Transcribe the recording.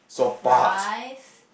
fries